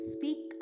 Speak